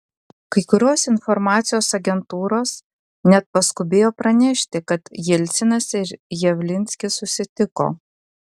kai kurios informacijos agentūros net paskubėjo pranešti kad jelcinas ir javlinskis susitiko